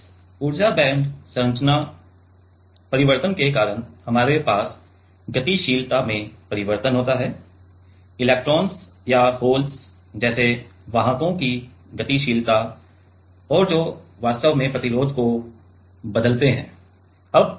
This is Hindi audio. इस ऊर्जा बैंड संरचना परिवर्तन के कारण हमारे पास गतिशीलता में परिवर्तन होता है इलेक्ट्रॉनस या होल जैसे वाहकों की गतिशीलता और जो वास्तव में प्रतिरोध को बदलते हैं